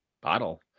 Bottle